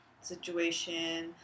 situation